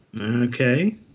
Okay